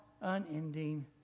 unending